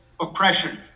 oppression